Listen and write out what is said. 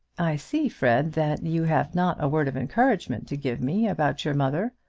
i see, fred, that you have not a word of encouragement to give me about your mother.